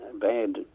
bad